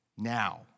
Now